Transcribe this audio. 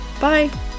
Bye